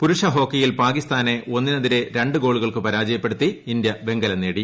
പുരുഷ ഹോക്കിയിൽ പാകിസ്ഥാനെ ഒന്നിനെതിരെ ര ഗോളുകൾക്ക് പരാജയപ്പെടുത്തി ഇന്ത്യ വെങ്കലം നേടി